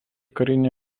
karinė